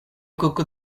koko